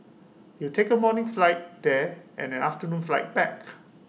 you'll take A morning flight there and an afternoon flight back